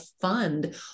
fund